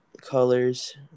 colors